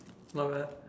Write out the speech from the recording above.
not bad